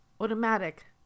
automatic